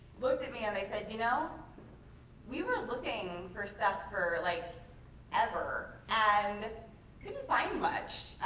looked at me and they said, you know we were looking for stuff for like ever and couldn't find much.